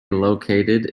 located